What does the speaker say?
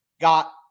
got